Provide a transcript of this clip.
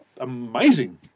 amazing